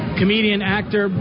comedian-actor